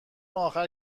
اخر